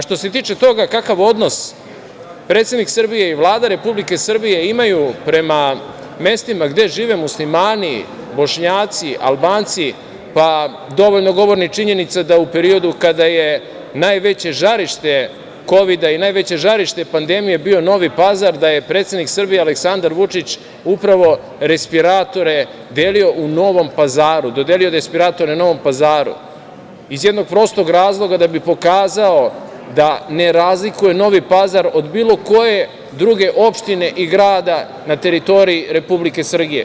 Što se tiče toga kakav odnos predsednik Srbije i Vlada Republike Srbije imaju prema mestima gde žive Muslimani, Bošnjaci, Albanci, pa dovoljno govori činjenica da u periodu kada je najveće žarište kovida i najveće žarište pandemije bio Novi Pazar, da je predsednik Srbije Aleksandar Vučić upravo respiratore delio u Novom Pazaru, dodelio je respiratore Novom Pazaru, iz jednog prostog razloga da bi pokazao da ne razlikuje Novi Pazar od bilo koje druge opštine i grada na teritoriji Republike Srbije.